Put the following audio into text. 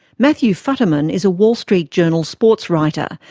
matthew futterman is a wall street journal sports writer.